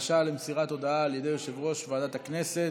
בקשה למסירת הודעה על ידי יושב-ראש ועדת הכנסת.